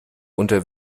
unter